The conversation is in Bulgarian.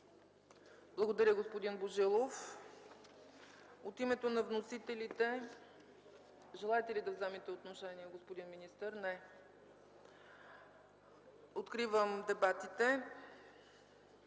Благодаря, господин Божилов. От името на вносителите – желаете ли да вземете отношение, господин министър? Не. Откривам дебатите.